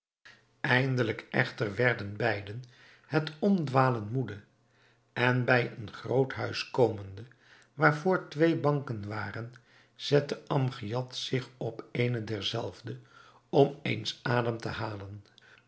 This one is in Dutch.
eindelijk echter werden beiden het omdwalen moede en bij een groot huis komende waarvoor twee banken waren zette amgiad zich op eene derzelve om eens adem te halen